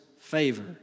favor